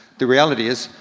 the reality is,